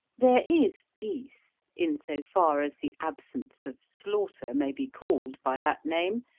there is peace, in so far as the absence of slaughter may be called by that name,